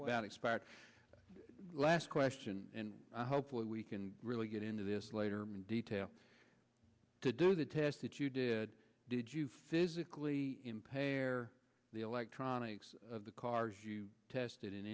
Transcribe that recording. about expired last question and hopefully we can really get into this later in detail to do the test that you did did you physically impair the electronics of the cars you tested in